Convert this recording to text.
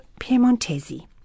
Piemontesi